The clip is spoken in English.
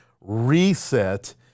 reset